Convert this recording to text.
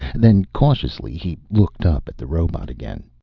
then, cautiously, he looked up at the robot again.